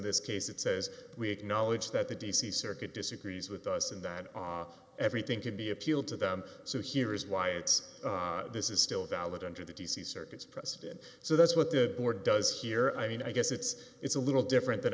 this case it says we acknowledge that the d c circuit disagrees with us and that everything can be appealed to them so here is why it's this is still valid under the d c circuit precedent so that's what the board does here i mean i guess it's it's a little different than